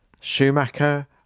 Schumacher